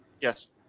Yes